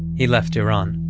he left iran.